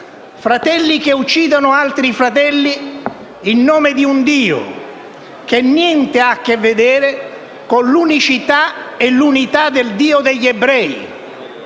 fratelli che uccidono altri fratelli in nome di un Dio che niente ha a che vedere con l'unicità e l'unità del Dio degli ebrei,